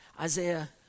Isaiah